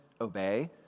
obey